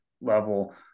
level